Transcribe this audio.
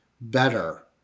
better